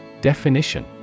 Definition